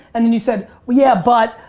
and then you said, well yeah but,